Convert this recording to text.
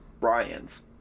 Ryan's